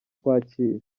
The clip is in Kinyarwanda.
twakira